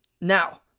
now